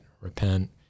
repent